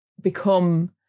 become